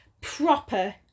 proper